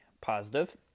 positive